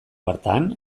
hartan